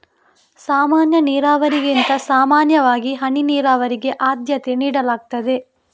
ಸಾಮಾನ್ಯ ನೀರಾವರಿಗಿಂತ ಸಾಮಾನ್ಯವಾಗಿ ಹನಿ ನೀರಾವರಿಗೆ ಆದ್ಯತೆ ನೀಡಲಾಗ್ತದೆ